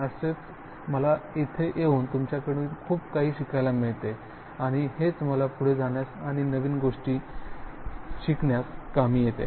तसेच माला इथे येऊन तुमच्याकडून खूप काही शिकायला मिळते आणि हेच मला पुढे जाण्यास आणि नवीन गोष्टी शिकण्यास कामी येते